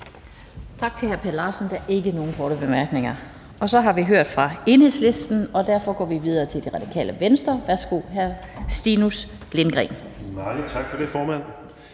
Tak til hr. Per Larsen. Der ikke nogen korte bemærkninger. Og så har vi hørt fra Enhedslisten, og derfor går vi videre til Radikale Venstre. Værsgo til hr. Stinus Lindgreen. Kl. 12:08 (Ordfører)